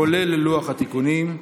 כולל לוח התיקונים.